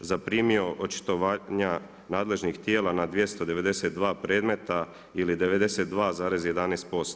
zaprimo očitovanja nadležnih tijela na 292 predmeta ili 92,11%